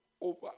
over